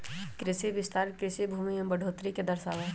कृषि विस्तार कृषि भूमि में बढ़ोतरी के दर्शावा हई